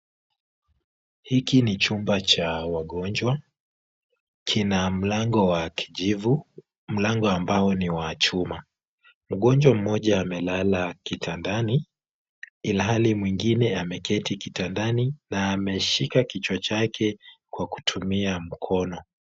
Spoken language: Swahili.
Hiki ni chumba cha wagonjwa. Kina mlango wa kijivu, mlango ambao ni wa chuma. Mgonjwa mmoja amelala kitandani ilhali mwingine ameketi kitandani na ameshika kichwa chake kwa kutumia mkono.